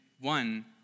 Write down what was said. one